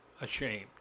ashamed